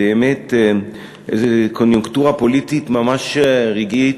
באמת איזה קוניוקטורה פוליטית ממש רגעית,